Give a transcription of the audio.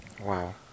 Wow